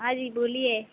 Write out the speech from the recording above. हाँ जी बोलिए